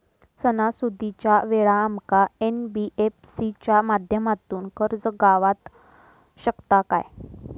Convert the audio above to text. सणासुदीच्या वेळा आमका एन.बी.एफ.सी च्या माध्यमातून कर्ज गावात शकता काय?